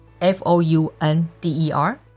F-O-U-N-D-E-R